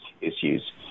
issues